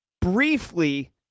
briefly